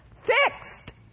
fixed